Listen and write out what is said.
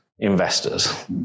investors